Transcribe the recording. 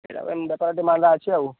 ସେଇଟା ବେପାରଟା ମାନ୍ଦା ଅଛି ଆଉ